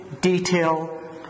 detail